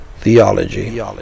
theology